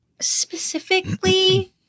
specifically